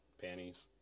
Panties